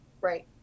Right